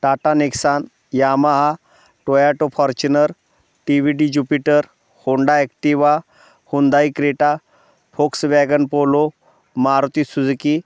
Tata Nissan Yamaha Toyota Fortuner T V D Jupiter Honda Activa Hyundai Creta Volkswagen Polo Maruti Suzuki